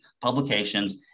publications